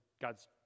God's